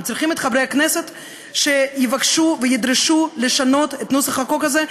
הם צריכים את חברי הכנסת שיבקשו וידרשו לשנות את נוסח החוק הזה.